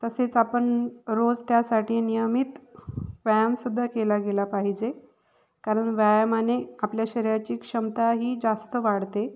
तसेच आपण रोज त्यासाठी नियमित व्यायामसुद्धा केला गेला पाहिजे कारण व्यायामाने आपल्या शरीराची क्षमता ही जास्त वाढते